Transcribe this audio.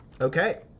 Okay